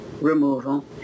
removal